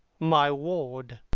my ward.